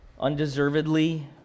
undeservedly